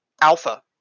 alpha